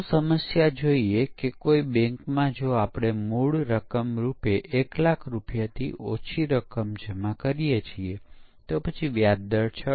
ચાલો હું તે શબ્દને પુનરાવર્તિત કરું કે ત્યાં અમુક પ્રકારના ફોલ્ટ છે જેનો પરિચય થાય છે